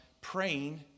praying